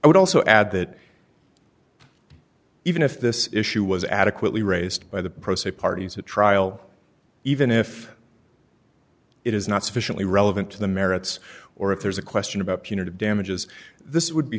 i would also add that even if this issue was adequately raised by the pro se parties at trial even if it is not sufficiently relevant to the merits or if there's a question about punitive damages this would be